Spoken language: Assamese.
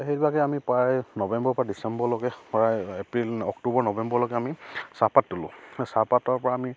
সেইবিলাকে আমি প্ৰায় নৱেম্বৰ পৰা ডিচেম্বৰলৈকে প্ৰায় এপ্ৰিল অক্টোবৰ নৱেম্বৰলৈকে আমি চাহপাত তোলোঁ চাহপাতৰ পৰা আমি